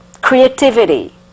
Creativity